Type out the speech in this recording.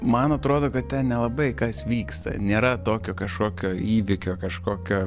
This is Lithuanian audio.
man atrodo kad ten nelabai kas vyksta nėra tokio kažkokio įvykio kažkokio